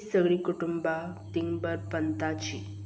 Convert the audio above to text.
हीं सगळीं कुटुंबां दिगंबर पंथाचीं